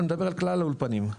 אני מדבר בכלל האולפנים.